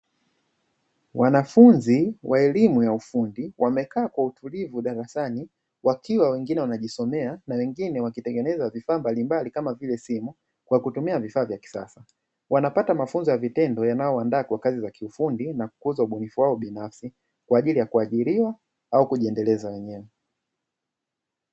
Wanafunzi wa elimu ya ufundi wamekaa kwa utulivu darasani wakiwa wengine wanajisomea na wengine wakitengeneza vifaa mbalimbal kama vile simu kwa kutumia vifaa vya kisasa. Wanapata mafunzo ya vitendo yanayowaandaa kwa kazi za kiufundi na kukuza ubunifu wao binafsi kwaajili ya kuajiriwa au kujiendeleza wenyewe.